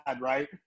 right